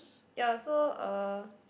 ya so uh